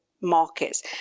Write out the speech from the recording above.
markets